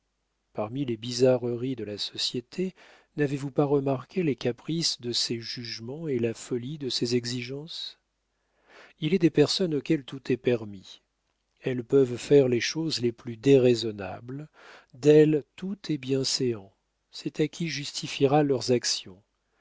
parmi les bizarreries de la société n'avez-vous pas remarqué les caprices de ses jugements et la folie de ses exigences il est des personnes auxquelles tout est permis elles peuvent faire les choses les plus déraisonnables d'elles tout est bienséant c'est à qui justifiera leurs actions